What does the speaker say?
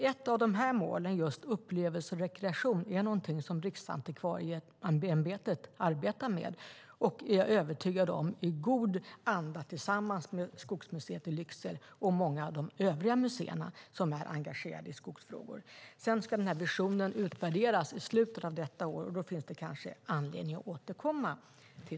Ett av dessa mål, upplevelse och rekreation, är någonting som Riksantikvarieämbetet arbetar med och, det är jag övertygad om, i god anda tillsammans med Skogsmuseet i Lycksele och många av de övriga museer som är engagerade i skogsfrågor. Den här visionen ska utvärderas i slutet av detta år, och då finns det kanske anledning att återkomma.